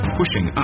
pushing